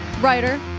writer